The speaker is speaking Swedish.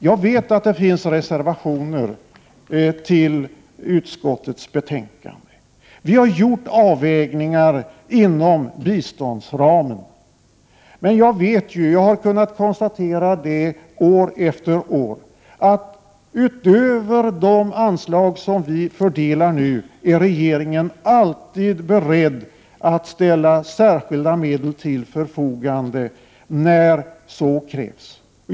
Jag vet att det finns reservationer till utskottets betänkande. Vi har gjort avvägningar inom biståndsramen. Men jag vet — och jag har kunnat konstatera det år efter år — att utöver de anslag som vi fördelar är regeringen alltid beredd att ställa särskilda medel till förfogande när så krävs.